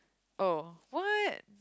oh what